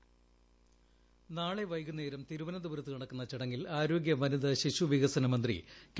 voice നാളെ വൈകുന്നേരം തിരുപ്പന്തപുരത്ത് നടക്കുന്ന ചടങ്ങിൽ ആരോഗ്യ വനിതശിശുവികസന മന്ത്രി കെ